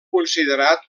considerat